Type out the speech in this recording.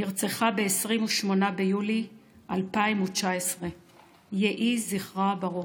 נרצחה ב-28 ביולי 2019. יהי זכרה ברוך.